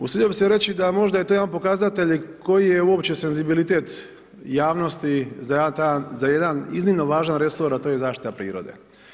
Usudio bi se reći da možda je to jedan pokazatelj i koji je uopće senzibilitet javnosti za jedan iznimno važan resor, a to je zaštita prirode.